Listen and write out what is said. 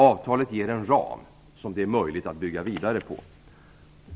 Avtalet ger en ram som det är möjligt att bygga vidare på.